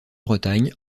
bretagne